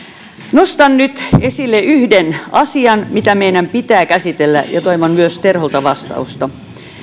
nostan nyt esille yhden asian mitä meidän pitää käsitellä ja toivon myös terholta vastausta